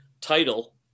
Title